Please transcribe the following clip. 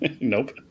Nope